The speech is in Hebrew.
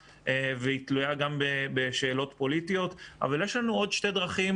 ותלויה גם בשאלות פוליטיות אבל יש לנו עוד שתי דרכים